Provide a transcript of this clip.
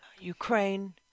Ukraine